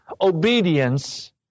obedience